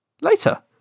later